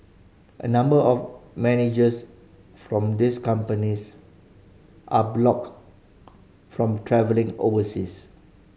a number of managers from these companies are blocked from travelling overseas